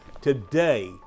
Today